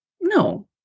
no